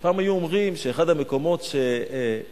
פעם היו אומרים שאחד המקומות שבאמת